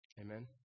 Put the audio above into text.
Amen